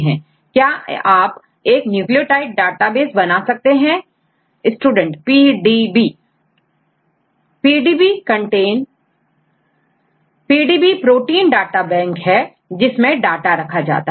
क्या आप एक न्यूक्लियोटाइड डेटाबेस बता सकते हैं Student PDB स्टूडेंटPDB पीडीबी प्रोटीन डाटा बैंक है जिसमें डाटा रखा गया है